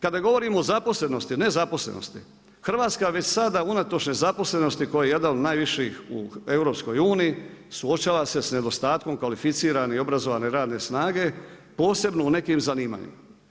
Kada govorimo o zaposlenosti a ne zaposlenosti, Hrvatska već sada unatoč nezaposlenosti koja je jedna od najviših u EU suočava se sa nedostatkom kvalificirane i obrazovane radne snage posebno u nekim zanimanjima.